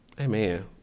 Amen